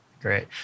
Great